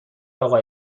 اقا